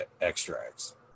extracts